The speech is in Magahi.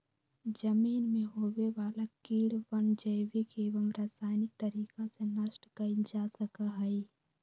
जमीन में होवे वाला कीड़वन जैविक एवं रसायनिक तरीका से नष्ट कइल जा सका हई